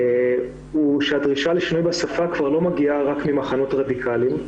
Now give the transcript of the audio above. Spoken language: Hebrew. הוא שהדרישה לשינוי בשפה כבר לא מגיעה רק ממחנות רדיקליים,